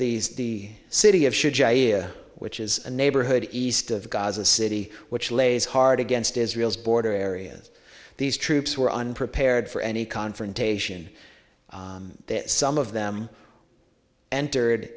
f the city of which is a neighborhood east of gaza city which lays hard against israel's border areas these troops were unprepared for any confrontation that some of them entered